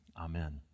amen